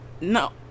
no